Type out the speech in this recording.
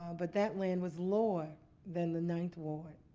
um but that land was lower than the ninth ward,